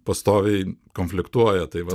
pastoviai konfliktuoja tai va